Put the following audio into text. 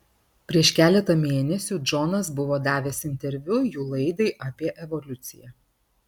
prieš keletą mėnesių džonas buvo davęs interviu jų laidai apie evoliuciją